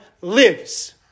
lives